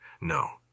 No